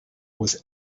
was